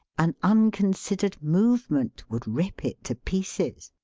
an unconsidered movement would rip it to pieces.